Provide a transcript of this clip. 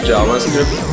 JavaScript